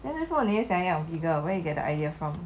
then 为什么你要养 beagle where you get the idea from